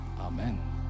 Amen